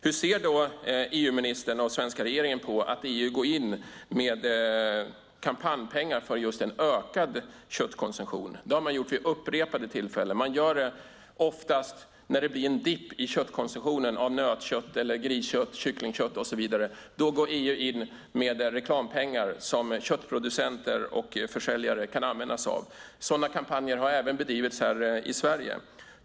Hur ser då EU-ministern och den svenska regeringen på att EU går in med kampanjpengar för just en ökad köttkonsumtion? Det har man gjort vid upprepade tillfällen. Man gör det oftast när det blir en dipp i konsumtionen av nötkött, griskött, kycklingkött och så vidare. Då går EU in med reklampengar som köttproducenter och försäljare kan använda sig av. Sådana kampanjer har även bedrivits här i Sverige.